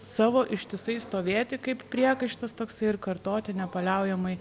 savo ištisai stovėti kaip priekaištas toksai ir kartoti nepaliaujamai